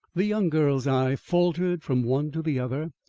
the young girl's eye faltered from one to the other,